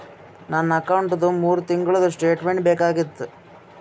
ನನ್ನ ಅಕೌಂಟ್ದು ಮೂರು ತಿಂಗಳದು ಸ್ಟೇಟ್ಮೆಂಟ್ ಬೇಕಾಗಿತ್ತು?